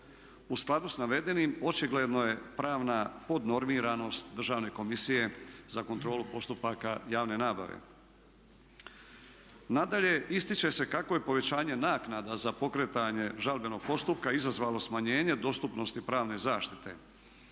U skladu s navedenim očigledno je pravna podnormiranost Državne komisije za kontrolu postupaka javne nabave. Nadalje, ističe se kako je povećanje naknada za pokretanje žalbenog postupka izazvalo smanjenje dostupnosti pravne zaštite